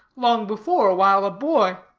long before, while a boy.